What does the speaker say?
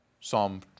Psalm